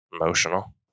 Emotional